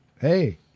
hey